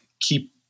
keep